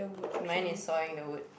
man is sawing the wood